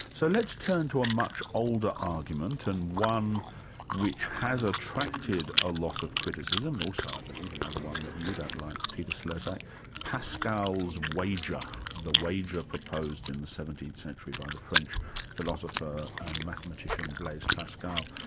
so let's turn to a much older argument and one which has attracted a lot of criticism also, so i believe, another one that you don't like, peter slezak pascal's wager, the wager proposed in the seventeenth century by the french philosopher and mathematician blaise pascal.